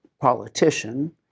politician